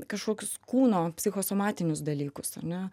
kažkokius kūno psichosomatinius dalykus ar ne